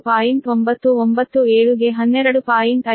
997 ಗೆ 12